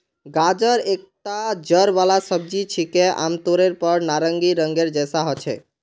गाजर एकता जड़ वाला सब्जी छिके, आमतौरेर पर नारंगी रंगेर जैसा ह छेक